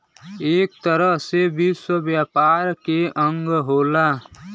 एक तरह से विश्व व्यापार के अंग होला